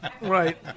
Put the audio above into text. Right